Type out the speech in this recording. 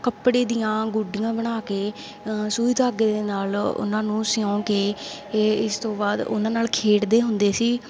ਕੱਪੜੇ ਦੀਆਂ ਗੋਡੀਆਂ ਬਣਾ ਕੇ ਸੂਈ ਧਾਗੇ ਦੇ ਨਾਲ ਉਹਨਾਂ ਨੂੰ ਸਿਊ ਕੇ ਇਹ ਇਸ ਤੋਂ ਬਾਅਦ ਉਹਨਾਂ ਨਾਲ ਖੇਡਦੇ ਹੁੰਦੇ ਸੀ